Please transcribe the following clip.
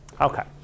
Okay